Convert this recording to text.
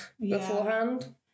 Beforehand